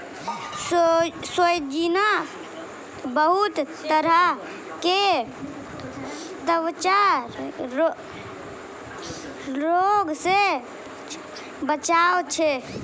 सोजीना बहुते तरह के त्वचा रोग से बचावै छै